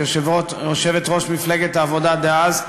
כיושבת-ראש מפלגת העבודה דאז,